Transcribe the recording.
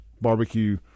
Barbecue